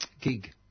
gig